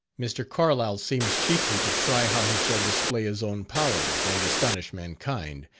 mr. carlyle seems chiefly to try how he shall display his own powers, and astonish mankind,